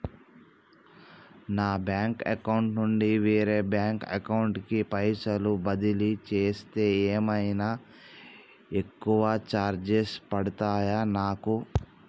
నా bank account నుండి వేరే బ్యాంక్ అకౌంట్ కి పైసల్ బదిలీ చేస్తే ఏమైనా ఎక్కువ చార్జెస్ పడ్తయా నాకు?